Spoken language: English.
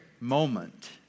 moment